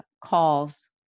calls